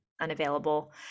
unavailable